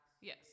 Yes